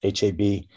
HAB